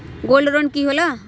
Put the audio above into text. Gold ऋण की होला?